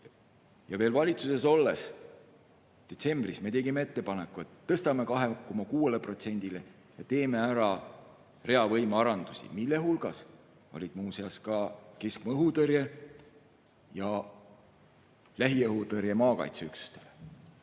teeme? Veel valitsuses olles, detsembris me tegime ettepaneku, et tõstame 2,6%‑le, teeme ära rea võimearendusi, mille hulgas olid muuseas ka keskmaa õhutõrje ja lähiõhutõrje maakaitseüksustele.